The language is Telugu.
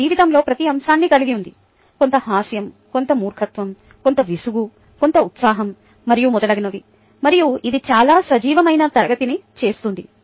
ఇది జీవితంలో ప్రతి అంశాన్ని కలిగి ఉంది కొంత హాస్యం కొంత మూర్ఖత్వం కొంత విసుగు కొంత ఉత్సాహం మరియు మొదలగునవి మరియు ఇది చాలా సజీవమైన తరగతిని చేస్తుంది